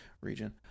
region